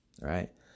right